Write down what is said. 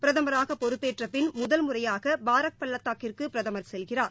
பிரதமராக பொறுப்பேற்ற பின் முதல் முறையாக பாரக் பள்ளத்தாக்கிற்கு பிரதமர் செல்கிறார்